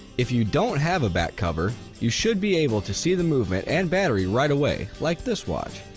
if you don't have a back cover, you should be able to see the movement and battery right away like this watch.